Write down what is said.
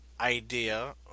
idea